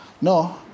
No